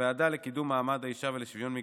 בוועדה לקידום מעמד האישה ולשוויון מגדרי,